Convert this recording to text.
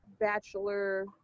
bachelor